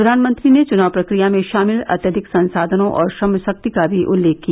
प्रधानमंत्री ने च्नाव प्रक्रिया में शामिल अत्यधिक संसाधनों और श्रम शक्ति का भी उल्लेख किया